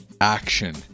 action